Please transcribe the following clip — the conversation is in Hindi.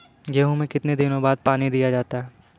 गेहूँ में कितने दिनों बाद पानी दिया जाता है?